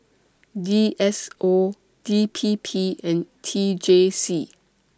D S O D P P and T J C